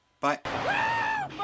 Bye